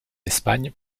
espagne